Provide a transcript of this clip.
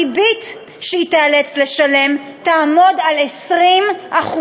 הריבית שהיא תיאלץ לשלם תעמוד על 20%,